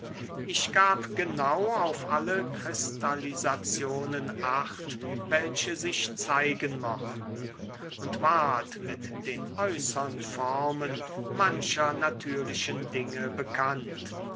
ich gab genau auf alle kristallisationen acht welche sich zeigen mochten und ward mit den äußern formen mancher natürlichen dinge bekannt